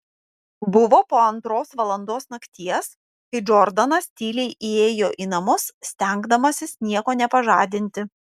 buvo po antros valandos nakties kai džordanas tyliai įėjo į namus stengdamasis nieko nepažadinti